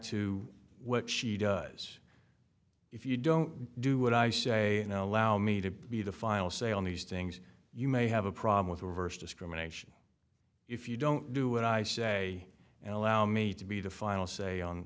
to what she does if you don't do what i say no allow me to be the final say on these things you may have a problem with reverse discrimination if you don't do what i say and allow me to be the final say